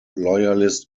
loyalist